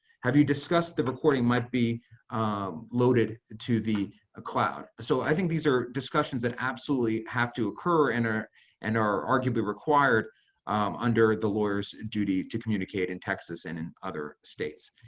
have you discussed the recording might be loaded and to the ah cloud? so i think these are discussions that absolutely have to occur and are and are arguably required under the lawyer's duty to communicate in texas and in other states.